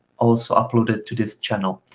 also uploaded to this channel.